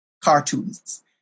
cartoons